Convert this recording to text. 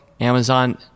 Amazon